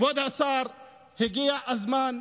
כבוד השר, הגיע הזמן,